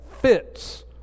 fits